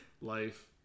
life